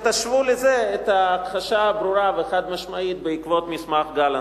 תשוו לזה את ההכחשה הברורה והחד-משמעית בעקבות מסמך גלנט.